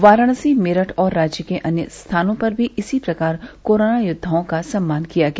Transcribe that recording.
वाराणसी मेरठ और राज्य के अन्य स्थानों पर भी इसी प्रकार कोरोना योद्वाओं का सम्मान किया गया